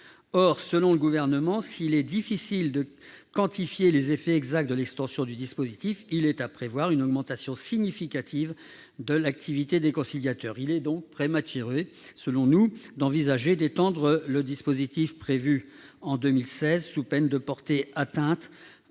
Or, selon le Gouvernement, s'il est difficile de quantifier les effets exacts de l'extension du dispositif, une augmentation significative de l'activité des conciliateurs est à prévoir. Il est donc prématuré, selon nous, d'envisager d'étendre le dispositif créé en 2016, sous peine de porter atteinte